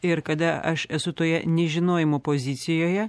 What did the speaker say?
ir kada aš esu toje nežinojimo pozicijoje